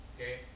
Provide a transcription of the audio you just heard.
okay